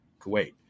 Kuwait